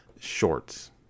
Shorts